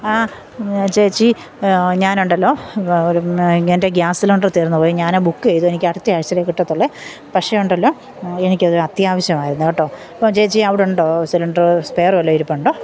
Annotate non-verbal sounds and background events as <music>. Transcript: ആ <unintelligible> ചേച്ചി ഞാനുണ്ടല്ലോ ഒരു എൻ്റെ ഗ്യാസ് സിലിണ്ടറ് തീർന്നുപോയി ഞാൻ ബുക്ക് ചെയ്തു എനിക്കടുത്ത ആഴ്ച്ചയിലേ കിട്ടത്തുള്ളു പക്ഷേ ഉണ്ടല്ലോ എനിക്കത് അത്യാവശ്യമായിരുന്നു കേട്ടോ അപ്പോൾ ചേച്ചി അവിടെയുണ്ടോ സിലിണ്ടറ് സ്പെയറ് വല്ലതും ഇരിപ്പുണ്ടോ